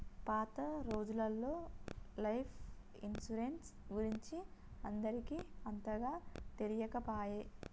పాత రోజులల్లో life insurance గురించి అందరికి అంతగా తెలియకపాయె